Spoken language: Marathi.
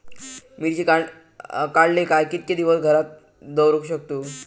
मिर्ची काडले काय कीतके दिवस घरात दवरुक शकतू?